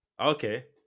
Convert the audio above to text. Okay